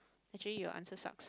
actually your answer suck